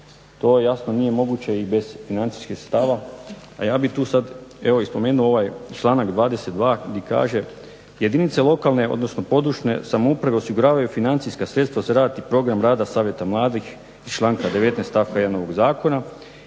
To jasno nije moguće i bez financijskog stava, a ja bih tu sad evo i spomenuo ovaj članak 22. gdje kaže jedinice lokalne odnosno područne samouprave osiguravaju financijska sredstva za rad i program rada savjeta mladih iz članka 19. stavka 1. ovog